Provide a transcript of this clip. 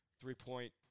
three-point